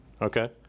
Okay